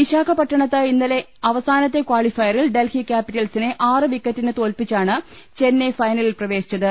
വിശാഖപട്ടണത്ത് ഇന്നലെ അവ സാന കാളിഫയറിൽ ഡൽഹി ക്യാപ്പിറ്റൽസിനെ ആറ് വിക്ക റ്റിന് തോൽപ്പിച്ചാണ് ചെന്നൈ ഫൈനലിൽ പ്രവേശിച്ചത്